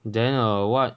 then err what